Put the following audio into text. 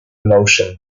emotion